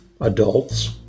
adults